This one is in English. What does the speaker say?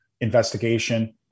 investigation